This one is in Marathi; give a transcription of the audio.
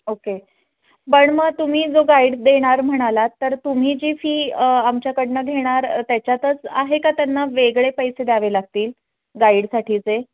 ओके पण मग तुम्ही जो गाईड देणार म्हणालात तर तुम्ही जी फी आमच्याकडून घेणार त्याच्यातच आहे का त्यांना वेगळे पैसे द्यावे लागतील गाईडसाठीचे